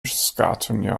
skattunier